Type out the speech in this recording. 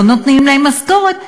לא נותנים להם משכורת,